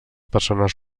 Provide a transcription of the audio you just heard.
persones